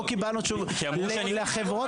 לחברות